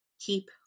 keep